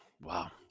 Wow